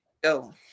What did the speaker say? go